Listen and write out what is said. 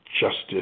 justice